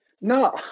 No